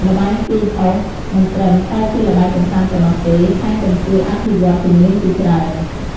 ល្បែងទាញអុស មិនត្រឹមតែជាល្បែងកម្សាន្តប៉ុណ្ណោះទេ ថែមទាំងជួយអភិវឌ្ឍជំនាញជាច្រើន